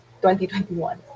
2021